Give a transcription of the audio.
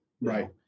Right